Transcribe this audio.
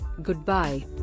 Goodbye